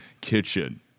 kitchen